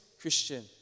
Christian